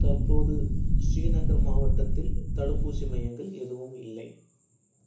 தற்போது ஸ்ரீநகர் மாவட்டத்தில் தடுப்பூசி மையங்கள் எதுவும் இல்லை